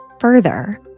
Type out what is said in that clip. Further